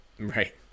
Right